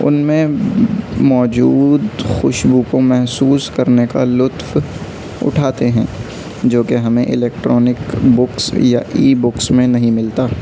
ان میں موجود خوشبو کو محسوس کرنے کا لطف اٹھاتے ہیں جوکہ ہمیں الیکٹرونک بکس یا ای بکس میں نہیں ملتا